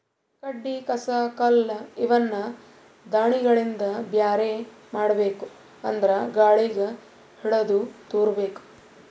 ಕಡ್ಡಿ ಕಸ ಕಲ್ಲ್ ಇವನ್ನ ದಾಣಿಗಳಿಂದ ಬ್ಯಾರೆ ಮಾಡ್ಬೇಕ್ ಅಂದ್ರ ಗಾಳಿಗ್ ಹಿಡದು ತೂರಬೇಕು